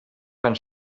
fan